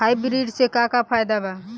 Hybrid से का का फायदा बा?